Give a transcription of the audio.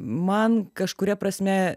man kažkuria prasme